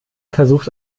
versucht